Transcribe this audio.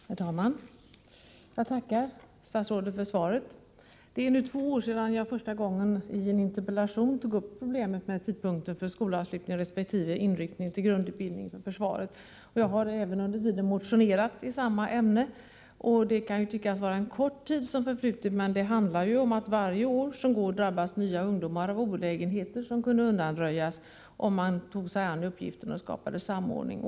Herr talman! Jag tackar statsrådet för svaret. Det är nu två år sedan jag första gången i en interpellation tog upp problemet med tidpunkten för skolavslutning resp. inryckning till grundutbildning inom försvaret. Jag har även under tiden motionerat i samma ämne. Det kan tyckas vara en kort tid som förflutit, men det handlar ju om att varje år som går drabbas nya ungdomar av olägenheter som kunde undanröjas om man tog sig an uppgiften att skapa samordning.